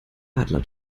adler